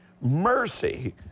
mercy